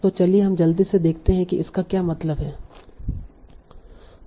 तो चलिए हम जल्दी से देखते हैं कि इसका मतलब क्या है